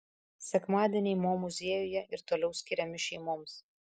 sekmadieniai mo muziejuje ir toliau skiriami šeimoms